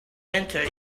winter